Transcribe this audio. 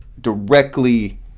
directly